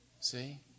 see